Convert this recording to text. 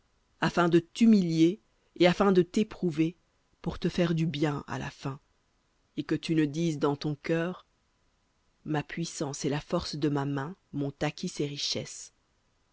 afin de t'humilier et afin de t'éprouver pour te faire du bien à la fin et que tu ne dises dans ton cœur ma puissance et la force de ma main m'ont acquis ces richesses